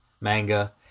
Manga